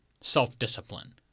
self-discipline